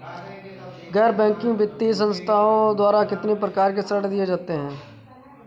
गैर बैंकिंग वित्तीय संस्थाओं द्वारा कितनी प्रकार के ऋण दिए जाते हैं?